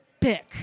pick